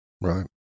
right